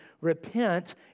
repent